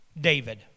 David